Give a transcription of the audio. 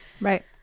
right